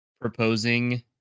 proposing